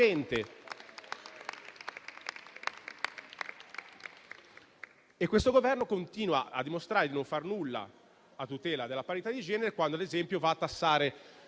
Questo Governo continua a dimostrare di non far nulla a tutela della parità di genere, quando, ad esempio, va a tassare i beni